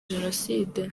jenoside